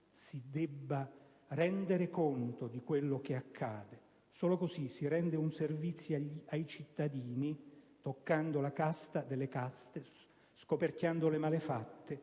si debba rendere conto di quello che accade. Solo così si rende un servizio ai cittadini, toccando la casta delle caste, scoperchiando le malefatte,